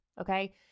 Okay